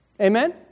Amen